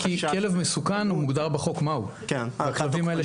כי כלב מסוכן מוגדר בחוק מהו והכלבים האלה